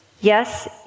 Yes